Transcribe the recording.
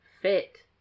fit